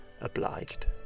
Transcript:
obliged